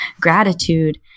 Gratitude